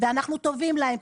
ואנחנו טובים להם,